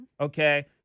okay